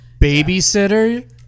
babysitter